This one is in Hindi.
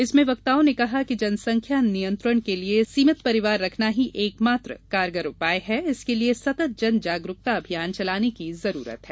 इसमें वक्ताओं ने कहा जनसंख्या नियंत्रण के लिये सीमित परिवार रखना ही एकमात्र कारगर उपाय है इसके लिये सतत जन जागरूकता अभियान चलाने की जरूरत है